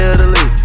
Italy